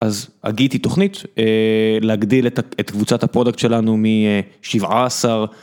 אז הגיתי תוכנית להגדיל את קבוצת הפרודקט שלנו משבעה עשר.